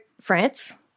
France